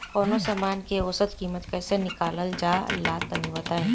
कवनो समान के औसत कीमत कैसे निकालल जा ला तनी बताई?